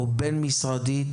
בין-משרדי,